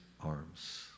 arms